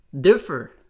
differ